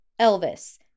Elvis